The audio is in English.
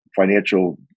financial